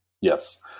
Yes